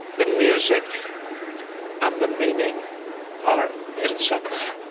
the music and the meaning are inseparable.